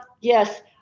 yes